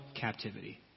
captivity